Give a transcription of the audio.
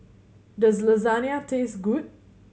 does Lasagne taste good